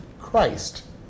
Christ